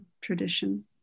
tradition